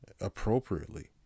appropriately